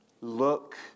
look